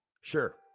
sure